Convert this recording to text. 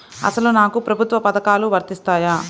అసలు నాకు ప్రభుత్వ పథకాలు వర్తిస్తాయా?